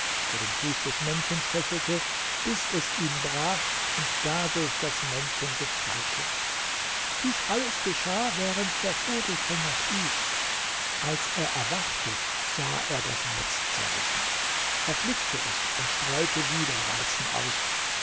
der den fuß des männchens fesselte bis es ihn brach und dadurch das männchen befreite dies alles geschah während der vogelfänger schlief als er erwachte sah er das netz zerrissen er flickte es und streute wieder weizen aus